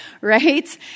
right